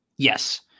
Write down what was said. Yes